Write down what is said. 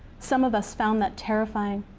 some of us found that terrifying.